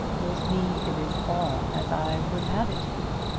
with me it is all as i would have it be.